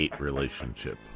relationship